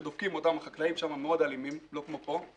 כשדופקים אותם החקלאים שם מאוד אלימים, לא כמו פה.